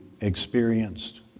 experienced